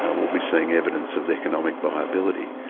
um we'll be seeing evidence of the economic viability,